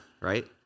right